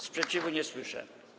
Sprzeciwu nie słyszę.